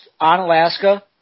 Onalaska